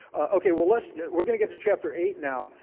okay, well let's, we're going to get to chapter eight now,